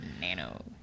Nano